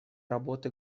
работы